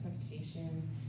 expectations